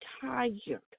tired